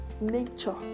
nature